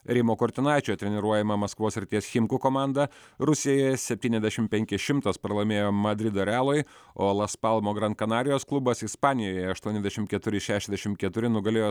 rimo kurtinaičio treniruojama maskvos srities chimkų komanda rusijoje septyniasdešim penki šimtas pralaimėjo madrido realui o las palmo gran kanarijos klubas ispanijoje aštuoniasdešim keturi šešiasdešim keturi nugalėjo